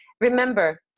Remember